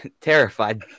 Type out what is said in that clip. terrified